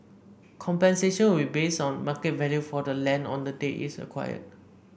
compensation will be based on market value for the land on the date it's acquired